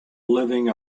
living